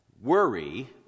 Worry